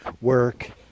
work